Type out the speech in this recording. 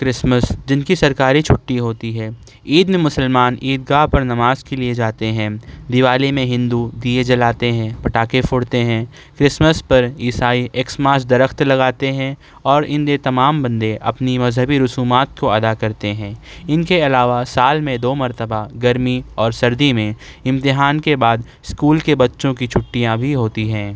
Christmas جن کی سرکاری چھٹی ہوتی ہے عید میں مسلمان عید گاہ پر نماز کے لیے جاتے ہیں دیوالی میں ہندو دیئے جلاتے ہیں پٹاخے پھوڑتے ہیں کرسمس پر عیسائی ایکسماس درخت لگاتے ہیں اور ان دن تمام بندے اپنی مذہبی رسومات کو ادا کرتے ہیں ان کے علاوہ سال میں دو مرتبہ گرمی اور سردی میں امتحان کے بعد اسکول کے بچوں کی چھٹیاں بھی ہوتی ہیں